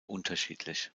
unterschiedlich